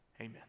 Amen